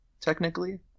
technically